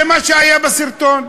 זה מה שהיה בסרטון.